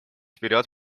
вперед